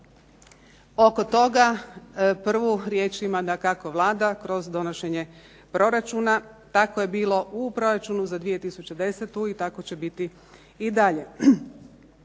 Oko toga prvu riječ ima dakako Vlada kroz donošenje proračuna, tako je bilo u proračunu za 2010. i tako će biti i dalje.